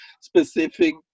specific